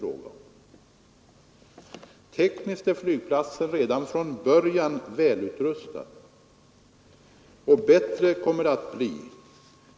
Tekniskt sett är flygplatsen redan från början välutrustad, och ännu bättre kommer den att bli.